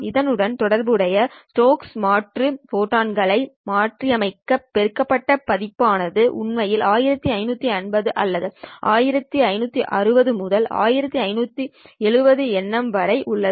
அதனுடன் தொடர்புடைய ஸ்டோக்ஸ் மாற்று ஃபோட்டான்னை மாற்றியமைத்த பெருக்கப்பட்ட பதிப்பானது உண்மையில் 1550 அல்லது 1560 முதல் 1570 nm வரை உள்ளது